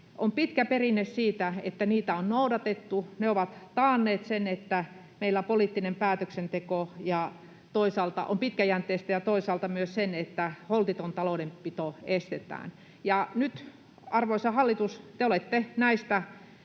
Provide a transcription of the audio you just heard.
On pitkä perinne siitä, että niitä on noudatettu. Ne ovat taanneet toisaalta sen, että meillä poliittinen päätöksenteko on pitkäjänteistä, ja toisaalta myös sen, että holtiton taloudenpito estetään. Nyt, arvoisa hallitus, te olette näistä